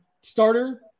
starter